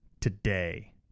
today